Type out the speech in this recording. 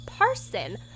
person